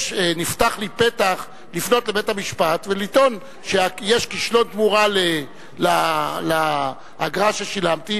נפתח לי פתח לפנות לבית-המשפט ולטעון שיש כישלון תמורה לאגרה ששילמתי,